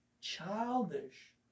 childish